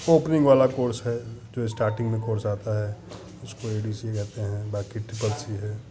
opening वाला course है जो स्टार्टिंग में कोर्स आता है उसको ए डी सी कहते हैं बाकी ट्रिपल सी है